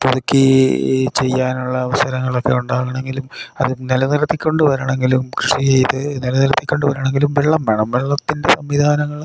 പുതുക്കി ചെയ്യാനുള്ള അവസരങ്ങളൊക്കെ ഉണ്ടാകണമെങ്കിലും അത് നിലനിർത്തിക്കൊണ്ടു വരണമെങ്കിലും കൃഷി ചെയ്തു നിലനിർത്തിക്കൊണ്ടു വരണമെങ്കിലും വെള്ളം വേണം വെള്ളത്തിൻ്റെ സംവിധാനങ്ങൾ